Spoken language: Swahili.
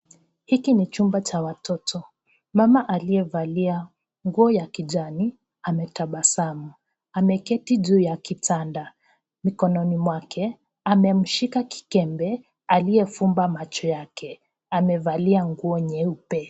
Hiki ni chumba cha watoto. Mama aliyevalia nguo ya kijani, ametabasamu ameketi juu ya kitanda. Mikononi mwake, amemshika kikembe aliyefumba macho yake. Amevalia nguo nyeupe.